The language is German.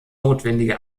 notwendige